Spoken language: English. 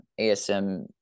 ASM